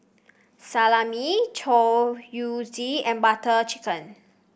Salami Chorizo and Butter Chicken